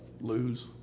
lose